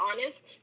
honest